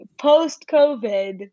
post-COVID